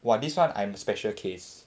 !wah! this [one] I'm special case